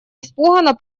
испуганно